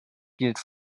gilt